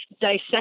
dissect